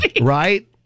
Right